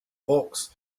hawks